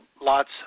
lots